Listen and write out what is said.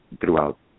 throughout